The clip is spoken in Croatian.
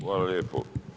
Hvala lijepo.